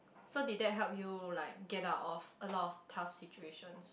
so did they help you like get out of a lot of tough situations